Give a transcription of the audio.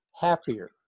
happier